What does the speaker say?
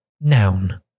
Noun